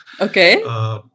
Okay